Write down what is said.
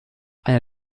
eine